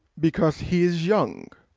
because he is young,